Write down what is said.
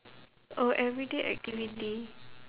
a everyday activity